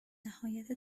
نهایت